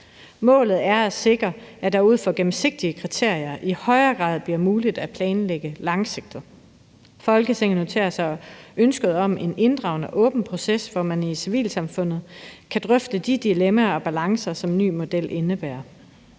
Målet er at sikre, at det ud fra gennemsigtige kriterier i højere grad bliver muligt at planlægge langsigtet. Folketinget noterer sig ønsket om en inddragende og åben proces, hvor man med civilsamfundet kan drøfte de dilemmaer og balancer, en ny model indebærer.